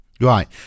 Right